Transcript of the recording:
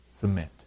submit